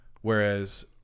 Whereas